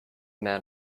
man